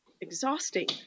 exhausting